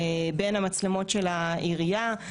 בין המצלמות של העירייה.